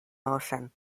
motion